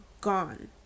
gone